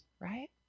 right